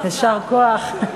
יישר כוח.